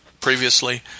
previously